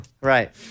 Right